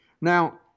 Now